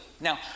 now